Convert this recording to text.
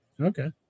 Okay